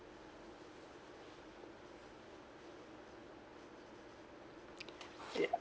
ya